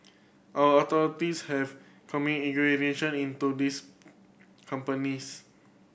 our authorities have commen into these companies